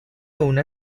una